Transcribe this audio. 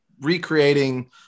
recreating